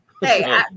Hey